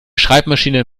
schreibmaschine